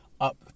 up